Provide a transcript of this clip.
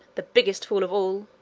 the biggest fool of all,